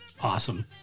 awesome